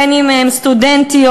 בין שהן סטודנטיות,